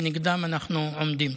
ונגדם אנחנו עומדים.